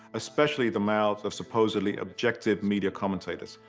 especially the mouths of supposedly objective media commentators.